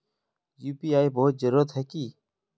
UPI बहुत जरूरी है की?